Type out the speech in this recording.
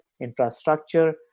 infrastructure